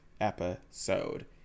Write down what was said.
episode